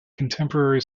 contemporary